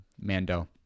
Mando